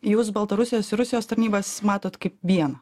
jūs baltarusijos ir rusijos tarnybas matot kaip vieną